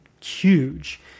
huge